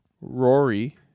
Rory